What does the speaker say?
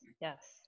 yes